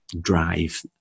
drive